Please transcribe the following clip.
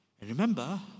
Remember